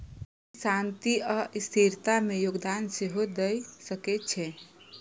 ई शांति आ स्थिरता मे योगदान सेहो दए सकै छै